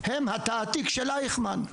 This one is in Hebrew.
הם התעתיק של אייכמן,